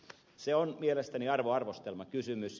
se on mielestäni arvoarvostelmakysymys